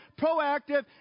proactive